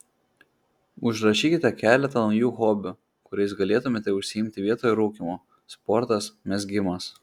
užrašykite keletą naujų hobių kuriais galėtumėte užsiimti vietoj rūkymo sportas mezgimas